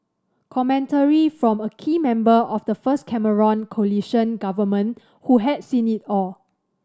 commentary from a key member of the first Cameron coalition government who had seen it all